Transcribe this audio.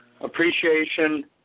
appreciation